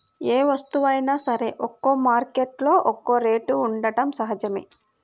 ఏ వస్తువైనా సరే ఒక్కో మార్కెట్టులో ఒక్కో రేటు ఉండటం సహజమే